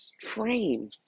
frame